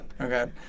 okay